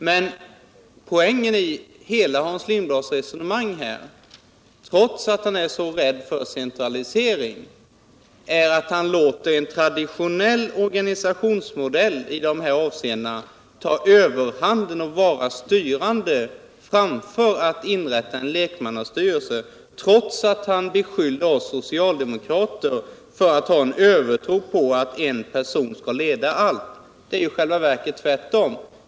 Men poängen i hela Hans Lindblads resonemang är att han — trots att han så tydligt är för centralisering — väljer att låta en traditionell organisationsmodell i de här avseendena ta överhanden och vara styrande framför alternativet lekmannastyrelse. Detta gör han trots att han beskyller oss socialdemokrater för att ha en övertro på att en person skall leda allt. Det är i själva verket tvärtom.